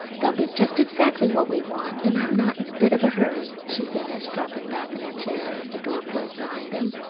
they'll be just exactly what we want, and i'm not in a bit of a hurry, she finished, dropping back in her chair as the door closed behind him.